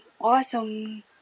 Awesome